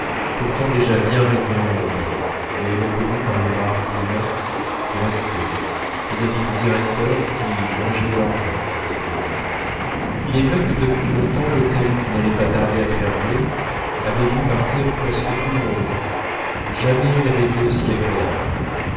pourtant déjà bien réduits en nombre mais retenus par les rares clients qui restaient vis-à-vis du directeur qui mangeait de l'argent il est vrai que depuis longtemps l'hôtel qui n'allait pas tarder à fermer avait vu partir presque tout le monde jamais il n'avait été aussi agréable